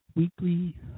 Weekly